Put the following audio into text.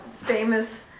famous